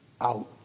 out